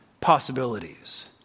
possibilities